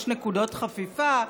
יש נקודות חפיפה,